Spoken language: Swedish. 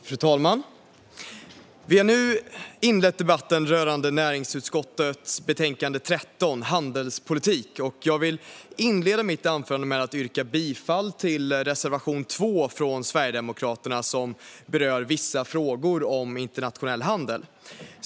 Fru talman! Vi har nu inlett debatten rörande näringsutskottets betänkande 13, Handelspolitik . Jag vill inleda mitt anförande med att yrka bifall till reservation 2 från Sverigedemokraterna som berör vissa frågor om internationell handel.